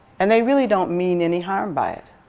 and they really don't mean any harm by it.